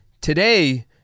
today